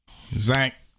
Zach